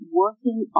working